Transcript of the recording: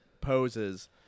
poses